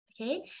Okay